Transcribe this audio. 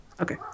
Okay